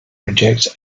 rejects